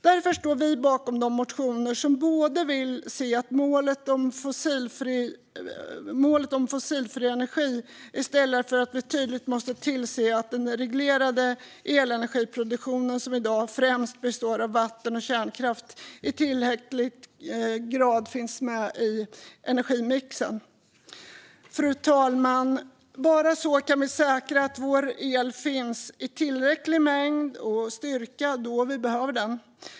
Därför står vi bakom de motioner som i stället vill se målet om fossilfri energi för att vi tydligt måste tillse att den reglerade elenergiproduktionen, som i dag främst består av vatten och kärnkraft, i tillräckligt hög grad finns med i energimixen. Fru talman! Bara på det sättet kan vi säkra att vår el finns i tillräcklig mängd och styrka då vi behöver den.